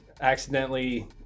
accidentally